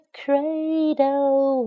cradle